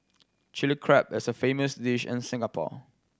Chilli Crab is a famous dish in Singapore